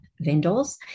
vendors